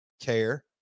CARE